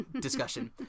discussion